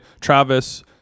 Travis